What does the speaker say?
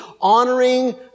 Honoring